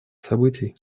событий